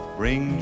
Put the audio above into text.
bring